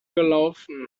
gelaufen